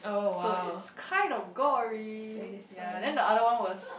so it's kind of gory ya then the other one was